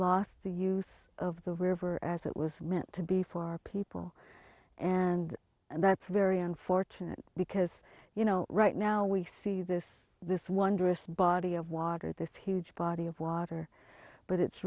lost the use of the river as it was meant to be for our people and that's very unfortunate because you know right now we see this this wondrous body of water this huge body of water but it's